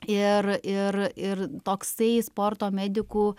ir ir ir toksai sporto medikų